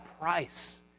price